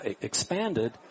expanded